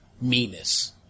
meanness